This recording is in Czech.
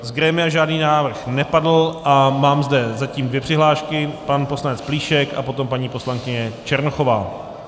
Z grémia žádný návrh nepadl a mám zde zatím dvě přihlášky, pan poslanec Plíšek a potom paní poslankyně Černochová.